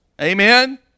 amen